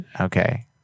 Okay